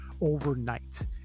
overnight